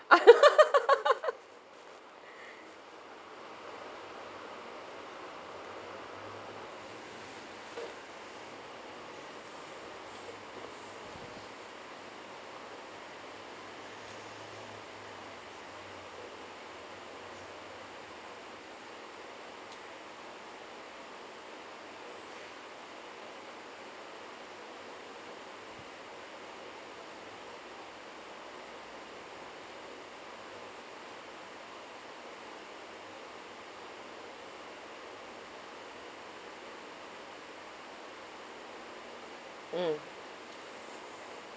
mm